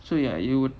so ya you